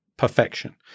perfection